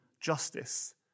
justice